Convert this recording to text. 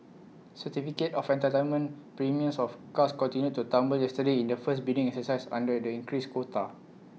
certificate of entitlement premiums of cars continued to tumble yesterday in the first bidding exercise under the increased quota